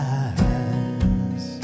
eyes